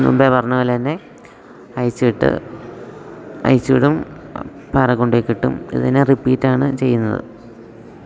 മുമ്പേ പറഞ്ഞത് പോലെ തന്നെ അഴിച്ചിട്ട് അഴിച്ച് വിടും പാറയിൽ കൊണ്ട് പോയി കെട്ടും ഇത് തന്നെ റിപ്പീറ്റാണ് ചെയ്യുന്നത്